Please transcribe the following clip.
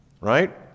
right